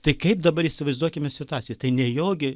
tai kaip dabar įsivaizduokime situaciją tai ne jo gi